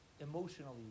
emotionally